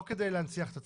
לא להנציח את עצמה.